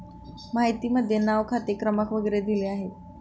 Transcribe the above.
माहितीमध्ये नाव खाते क्रमांक वगैरे दिले आहेत